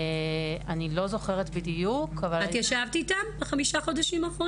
אני לא זוכרת בדיוק אבל --- את ישבת אתם בחמשת החודשים האחרונים?